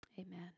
Amen